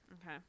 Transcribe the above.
Okay